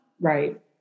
right